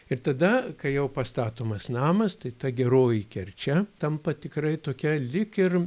ir tada kai jau pastatomas namas tai ta geroji kerčia tampa tikrai tokia lyg ir